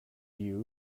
you